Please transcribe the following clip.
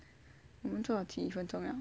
我们做到几分钟了